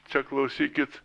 čia klausykit